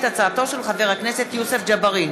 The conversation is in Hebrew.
בהצעתו של חבר הכנסת יוסף ג'בארין